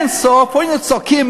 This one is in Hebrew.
היינו צועקים,